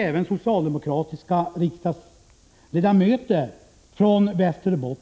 Även socialdemokratiska riksdagsledamöter från Västerbotten